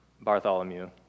Bartholomew